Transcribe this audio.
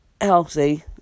healthy